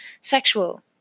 sexual